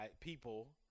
people